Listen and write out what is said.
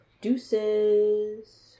Deuces